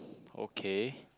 okay